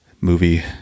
movie